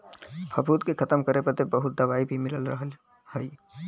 फफूंदी के खतम करे बदे बहुत दवाई भी मिल रहल हई